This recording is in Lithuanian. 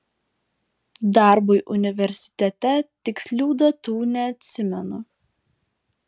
darbui universitete tikslių datų neatsimenu